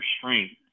strength